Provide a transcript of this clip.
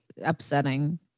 upsetting